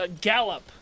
gallop